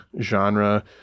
genre